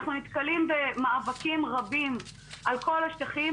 אנחנו נתקלים במאבקים רבים על כל השטחים,